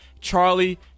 charlie